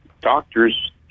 doctors